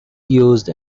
used